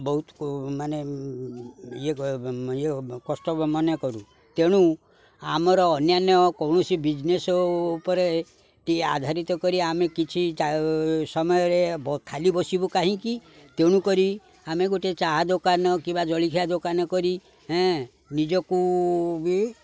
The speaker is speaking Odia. ବହୁତ ମାନେ ଇଏ ଇଏ କଷ୍ଟ ମନେ କରୁ ତେଣୁ ଆମର ଅନ୍ୟାନ୍ୟ କୌଣସି ବିଜ୍ନେସ୍ ଉପରେ ଟି ଆଧାରିତ କରି ଆମେ କିଛି ସମୟରେ ଖାଲି ବସିବୁ କାହିଁକି ତେଣୁ କରି ଆମେ ଗୋଟେ ଚାହା ଦୋକାନ କିମ୍ବା ଜଳିଖିଆ ଦୋକାନ କରି ନିଜକୁ ବି